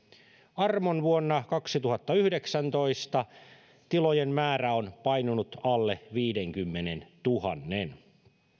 armon vuonna kaksituhattayhdeksäntoista tilojen määrä on painunut alle viidenkymmenentuhannen